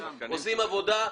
שעושים עבודה טובה,